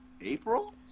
April